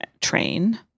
train